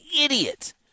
idiot